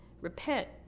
Repent